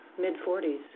mid-40s